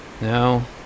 now